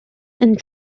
and